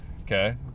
Okay